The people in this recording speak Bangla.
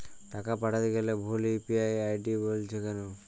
টাকা পাঠাতে গেলে ভুল ইউ.পি.আই আই.ডি বলছে কেনো?